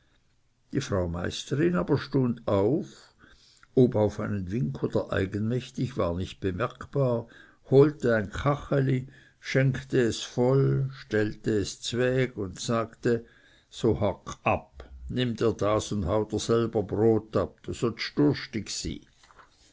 die frau meisterin aber stund auf ob auf einen wink oder eigenmächtig war nicht bemerkbar holte ein kacheli schenkte es voll stellte es zweg und sagte so hock ab nimm das und hau dr selber brot ab du sottst durstig sy